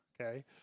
okay